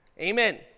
Amen